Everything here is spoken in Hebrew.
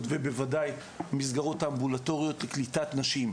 ובוודאי המסגרות האמבולטוריות לקליטת נשים.